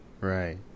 right